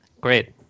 Great